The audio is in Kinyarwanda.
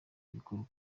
abikorera